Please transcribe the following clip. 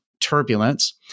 turbulence